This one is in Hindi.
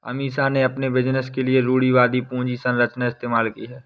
अमीषा ने अपने बिजनेस के लिए रूढ़िवादी पूंजी संरचना इस्तेमाल की है